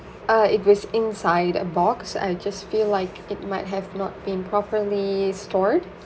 uh it was inside a box I just feel like it might have not been properly stored